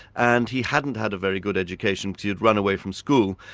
and he hadn't had a very good education because he'd run away from school,